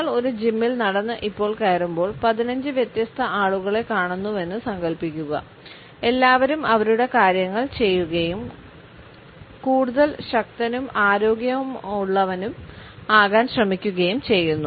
നിങ്ങൾ ഒരു ജിമ്മിൽ നടന്ന് ഇപ്പോൾ കയറുമ്പോൾ 15 വ്യത്യസ്ത ആളുകളെ കാണുന്നുവെന്ന് സങ്കൽപ്പിക്കുക എല്ലാവരും അവരുടെ കാര്യങ്ങൾ ചെയ്യുകയും കൂടുതൽ ശക്തനും ആരോഗ്യമുള്ളവൻ ആകാൻ ശ്രമിക്കുകയും ചെയ്യുന്നു